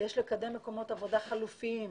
יש לקדם מקומות עבודה חלופיים,